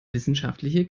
wissenschaftliche